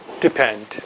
depend